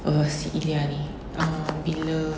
was ilya ni bila